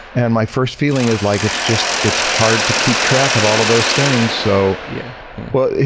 and my first feeling is like, it's just it's hard to keep track of all of those things, so. yeah well,